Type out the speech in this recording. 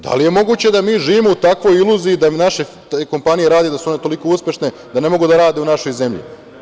Da li je moguće da mi živimo u takvoj iluziji da naše kompanije rade, da su one toliko uspešne da ne mogu da rade u našoj zemlji?